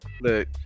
Look